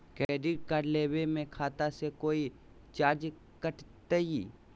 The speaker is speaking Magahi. क्रेडिट कार्ड लेवे में खाता से कोई चार्जो कटतई?